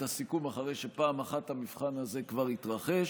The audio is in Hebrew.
הסיכום אחרי שפעם אחת המבחן הזה כבר התרחש,